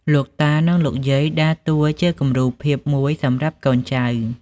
លោកតា និងលោកយាយដើរតួជាគំរូភាពមួយសម្រាប់កូនចៅ។